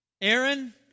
Aaron